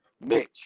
Mitch